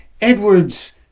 Edward's